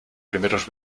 primeros